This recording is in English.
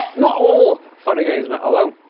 not all fun and games metal though.